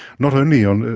not only on,